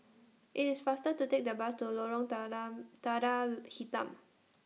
IT IS faster to Take The Bus to Lorong Dana Dana Hitam